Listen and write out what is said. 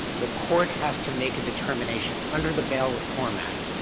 the court has to make a determination under the bail reform act,